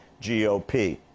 GOP